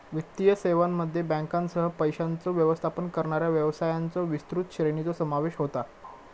वित्तीय सेवांमध्ये बँकांसह, पैशांचो व्यवस्थापन करणाऱ्या व्यवसायांच्यो विस्तृत श्रेणीचो समावेश होता